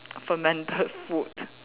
fermented food